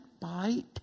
bite